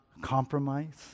compromise